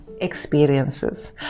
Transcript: experiences